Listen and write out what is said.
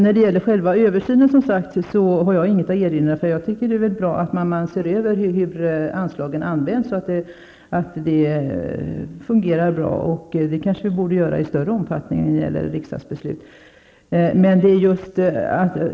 Fru talman! Jag har inget att erinra mot själva översynen. Jag tycker att det är bra att man ser över hur anslagen används. Sådana översyner kanske vi borde göra oftare när det gäller riksdagsbeslut.